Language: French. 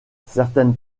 certaines